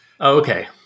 Okay